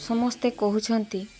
ସମସ୍ତେ କହୁଛନ୍ତି